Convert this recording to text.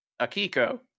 Akiko